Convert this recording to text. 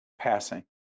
passing